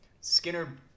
Skinner